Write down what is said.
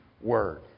word